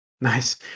nice